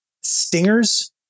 stingers